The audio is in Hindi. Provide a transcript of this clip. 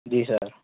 जी सर